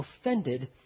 offended